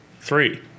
Three